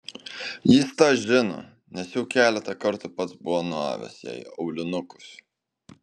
jis tą žino nes jau keletą kartų pats buvo nuavęs jai aulinukus